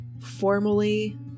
formally